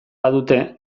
badute